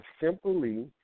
simply